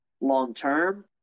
long-term